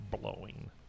blowing